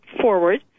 forward